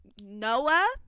Noah